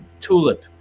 tulip